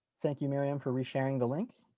thank you, merriam for resharing the link.